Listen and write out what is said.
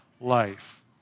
life